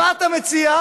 מה אתה מציע?